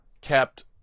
kept